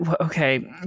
Okay